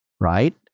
right